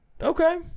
Okay